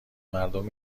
مردم